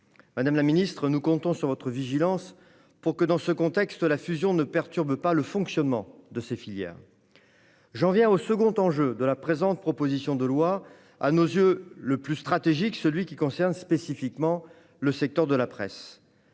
Madame la secrétaire d'État, nous comptons sur votre vigilance pour que, dans ce contexte, la fusion ne perturbe pas le fonctionnement des filières. J'en viens au second enjeu de la présente proposition de loi, à nos yeux le plus stratégique, celui qui concerne spécifiquement le secteur de la presse.